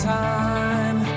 time